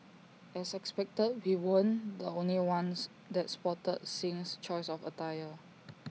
as expected we weren't the only ones that spotted Singh's choice of attire